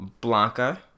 Blanca